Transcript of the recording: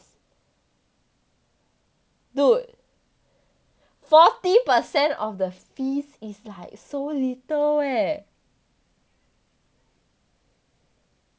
dude forty percent of the fees is like so little eh